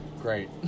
great